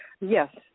Yes